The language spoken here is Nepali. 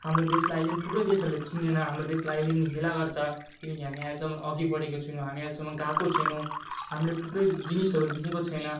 हाम्रो देशलाई अहिले पनि थुप्रै देशहरूले चिन्दैन हाम्रो देशलाई अहिले पनि हेला गर्छ किनकि हामी अहिलेसम्म अघि बढेको छुइनौँ हामी अहिलेसम्म गएको छैनौँ हामीले थुप्रै जिनिसहरू देखेको छैन